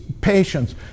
patience